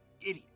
Idiot